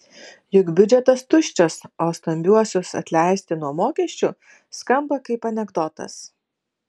juk biudžetas tuščias o stambiuosius atleisti nuo mokesčių skamba kaip anekdotas